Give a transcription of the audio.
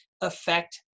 affect